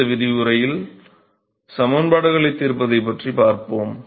அடுத்த விரிவுரையில் சமன்பாடுகளைத் தீர்ப்பதைப் பற்றிப் பார்ப்போம்